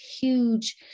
huge